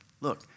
Look